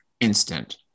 instant